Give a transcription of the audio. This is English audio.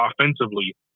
offensively